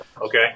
Okay